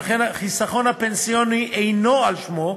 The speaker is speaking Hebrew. שאכן החיסכון הפנסיוני אינו על שמו,